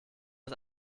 aus